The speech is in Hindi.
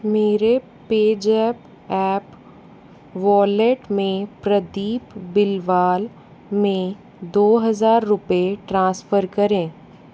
मेरे पेजैप ऐप वॉलेट वॉलेट में प्रदीप बिलवाल में दो हज़ार रुपये ट्रांसफ़र करें